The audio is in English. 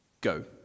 go